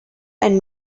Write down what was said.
and